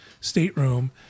stateroom